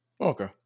Okay